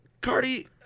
Cardi